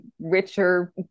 richer